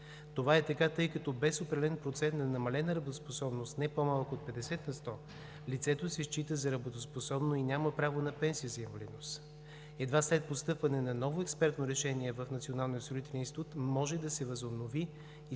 Това е така, тъй като без определен процент на намалена работоспособност – не по-малка от 50 на сто, лицето се счита за работоспособно и няма право на пенсия за инвалидност. Едва след постъпване на ново експертно решение в Националния осигурителен институт може да се възобнови